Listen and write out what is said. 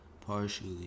partially